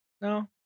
No